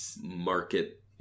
market